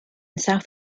south